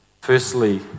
Firstly